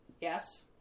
yes